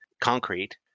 concrete